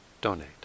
donate